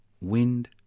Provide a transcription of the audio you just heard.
Wind